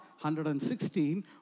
116